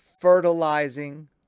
fertilizing